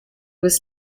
was